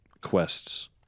quests